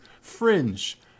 fringe